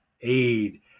aid